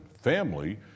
Family